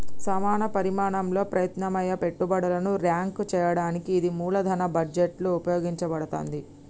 సమాన పరిమాణంలో ప్రత్యామ్నాయ పెట్టుబడులను ర్యాంక్ చేయడానికి ఇది మూలధన బడ్జెట్లో ఉపయోగించబడతాంది